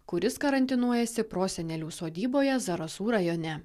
kuris karantinuojasi prosenelių sodyboje zarasų rajone